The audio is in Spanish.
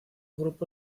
grupo